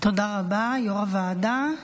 תודה רבה, יו"ר הוועדה.